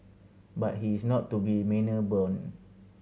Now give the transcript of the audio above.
but he is not to be manor born